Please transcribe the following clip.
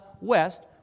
west